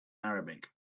arabic